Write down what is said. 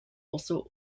also